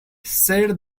said